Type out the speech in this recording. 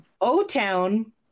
O-Town